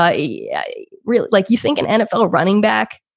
i yeah really like you think an nfl running back,